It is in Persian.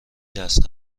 دست